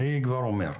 אני כבר אומר,